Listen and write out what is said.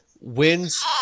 wins